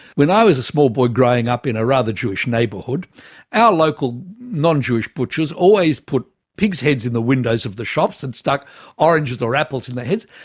when i was a small boy growing up in a rather jewish neighbourhood our local non-jewish butchers always put pigs' heads in the windows of the shops and stuck oranges or apples in the heads.